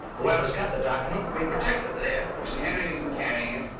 whoever's got the document will be protected there. if sir henry isn't carrying it.